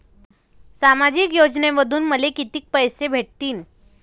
सामाजिक योजनेमंधून मले कितीक पैसे भेटतीनं?